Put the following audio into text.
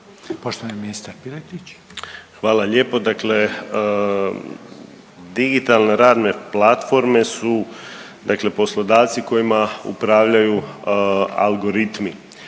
Marin (HDZ)** Hvala lijepo. Dakle digitalne radne platforme su, dakle poslodavci kojima upravljaju algoritmi.